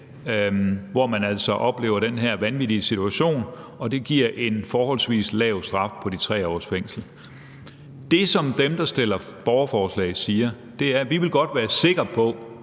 hvor man altså oplevede den her vanvittige situation, hvilket har givet en forholdsvis lav straf på 3 års fængsel. Det, som dem, som stiller borgerforslaget, siger, er: Vi vil godt være sikre på,